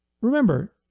remember